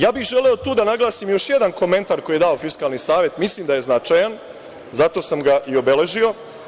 Ja bih želeo tu da naglasim još jedan komentar koji je dao Fiskalni savet, mislim da je značajan, zato sam ga i obeležio.